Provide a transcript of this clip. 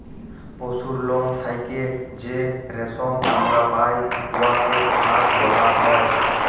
পশুর লম থ্যাইকে যে রেশম আমরা পাই উয়াকে ফার ব্যলা হ্যয়